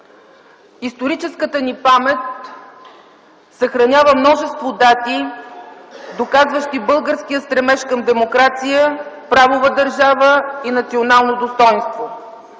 Историческата ни памет съхранява множество дати, доказващи българския стремеж към демокрация, правова държава и национално достойнство.